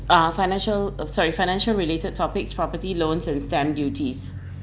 ah financial uh sorry financial related topics property loans and stamp duties